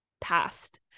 past